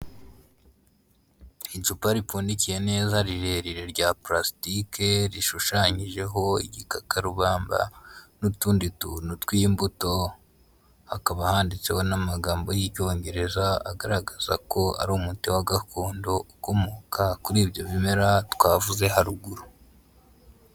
Icupa ripfundikiye neza rirerire rya pasitike rishushanyijeho igikarubamba, n'utundi tuntu tw'imbuto hakaba handitseho n'amagambo y'icyongereza agaragaza ko ari umuti wa gakondo ukomoka kuri ibyo bimera twavuze haruguru.